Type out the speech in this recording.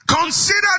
Consider